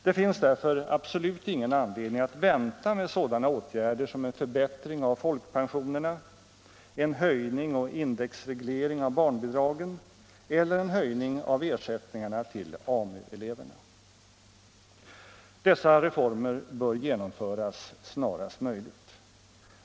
Det finns därför absolut ingen anledning att vänta med sådana åtgärder som en förbättring av folkpensionerna, en höjning och indexreglering av barnbidragen eller en höjning av ersättningarna till AMU eleverna. Dessa reformer bör genomföras snarast möjligt.